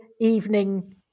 evening